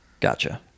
gotcha